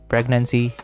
Pregnancy